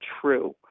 true